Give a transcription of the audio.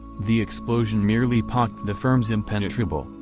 the explosion merely pocked the firm's impenetrable,